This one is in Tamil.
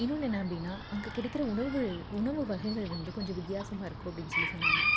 இன்னொன்று என்ன அப்படின்னா அங்கே கிடைக்கிற உணவுகள் உணவு வகைகள் வந்து கொஞ்சம் வித்தியாசமாக இருக்கும் அப்படின்னு சொல்லி சொன்னாங்க